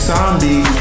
Sandy